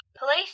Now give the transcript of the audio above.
Police